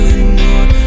ignore